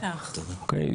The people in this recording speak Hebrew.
אוקיי?